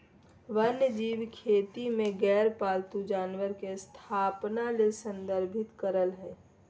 वन्यजीव खेती में गैर पालतू जानवर के स्थापना ले संदर्भित करअ हई